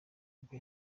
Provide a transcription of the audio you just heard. ubwo